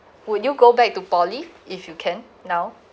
would you go back to poly if you can now